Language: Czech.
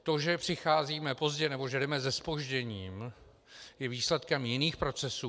To, že přicházíme pozdě, nebo že jdeme se zpožděním, je výsledkem jiných procesů.